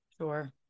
sure